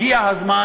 הגיע הזמן